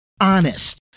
honest